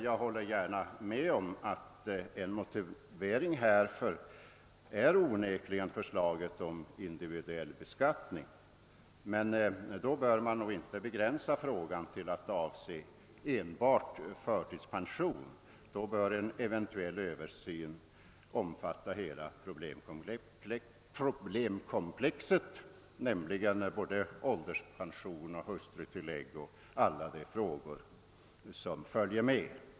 Jag håller gärna med om att för slaget om individuell beskattning onekligen är en motivering för införandet av individuella pensionsförmåner. I så fall bör man dock inte begränsa dessa till att avse enbart förtidspension, utan en eventuell översyn bör omfatta hela problemkomplexet, d.v.s. både ålderspension och hustrutillägg och alla de frågor som följer med.